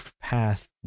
path